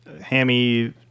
hammy